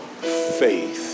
faith